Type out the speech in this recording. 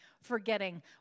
forgetting